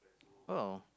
oh